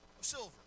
silver